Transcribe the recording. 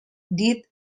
did